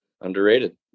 underrated